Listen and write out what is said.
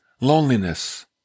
loneliness